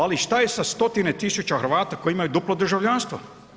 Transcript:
Ali šta je sa stotine tisuća Hrvata koji imaju duplo državljanstvo?